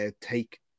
take